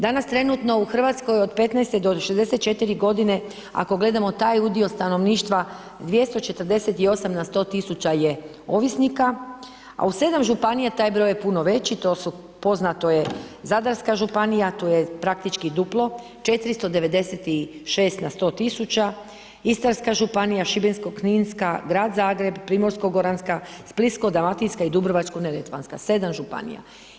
Danas trenutno u Hrvatskoj od 15-64 g. ako gledamo taj udio stanovništva, 248 na 100 tisuća je ovisnika, a u 7 županija, taj broj je puno veći, to su, poznato je Zadarska županija, tu je praktički duplo 496 na 100 tisuća, Istarska županija, Šibensko kninska, Grad Zagreb, Primorsko goranska, Splitsko dalmatinska i Dubrovačka neretvanska, 7 županija.